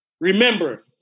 remember